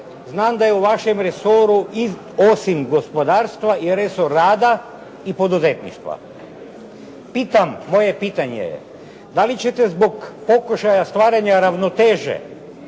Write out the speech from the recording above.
znam da je u vašem resoru osim gospodarstva i resor rada i poduzetništva. Moje pitanje je da li ćete zbog pokušaja stvaranja ravnoteže